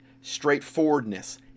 straightforwardness